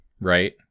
right